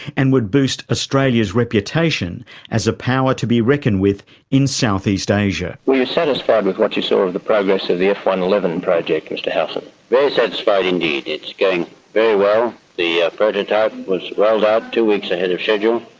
and would boost australia's reputation as a power to be reckoned with in southeast asia. were you satisfied with what you saw of the progress of the f one hundred and eleven and project, mr howson? very satisfied indeed, it's going very well, the prototype was rolled out two weeks ahead of schedule.